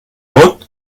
vot